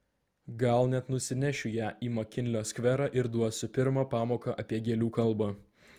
gal net nusinešiu ją į makinlio skverą ir duosiu pirmą pamoką apie gėlių kalbą